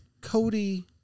Cody